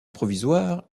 provisoire